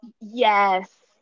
yes